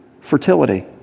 Fertility